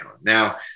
Now